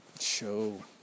show